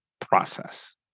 process